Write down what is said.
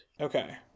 Okay